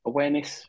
Awareness